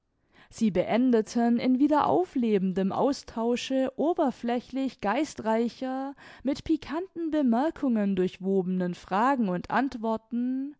sie beendeten in wieder auflebendem austausche oberflächlich geistreicher mit pikanten bemerkungen durchwobenen fragen und antworten